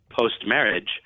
post-marriage